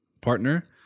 partner